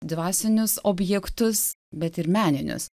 dvasinius objektus bet ir meninius